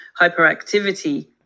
hyperactivity